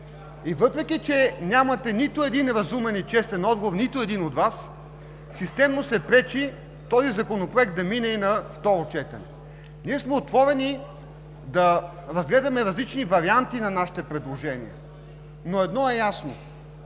И въпреки че нямате нито един разумен и честен отговор, нито един от Вас, системно се пречи този Законопроект да мине на второ четене. Ние сме отворени да разгледаме различни варианти на нашите предложения, но едно е ясно